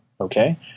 okay